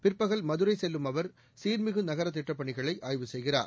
பிற்பகல் மதுரை செல்லும் அவர் சீர்மிகு நகரத் திட்டப்பணிகளை ஆய்வு செய்கிறார்